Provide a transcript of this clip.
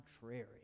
contrary